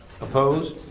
Opposed